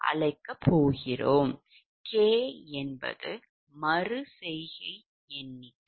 𝐾 என்பது மறு செய்கை எண்ணிக்கை